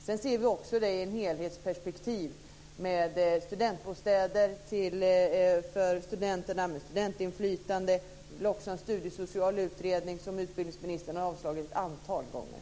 Sedan ser vi också detta i ett helhetsperspektiv med studentbostäder för studenterna, studentinflytande osv. Vi vill också ha en studiesocial utredning, vilket utbildningsministern har avslagit ett antal gånger.